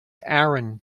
aaron